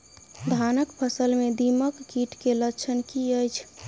धानक फसल मे दीमक कीट केँ लक्षण की अछि?